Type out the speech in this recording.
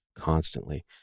constantly